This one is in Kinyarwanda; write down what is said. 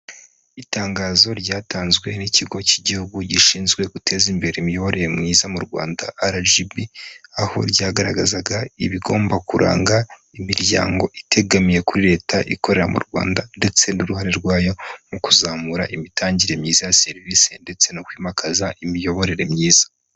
Itangazo ryatanzwe n'ikigo cy'igihugu gishinzwe guteza imbere imiyoborere myiza mu rwanda rgb, aho ryagaragazaga ibigomba kuranga imiryango itegamiye kuri leta ikorera mu rwanda ndetse n'uruhare rwayo mu kuzamura imitangire myiza ya serivisi ndetse no kwimakaza imiyoborere myiza.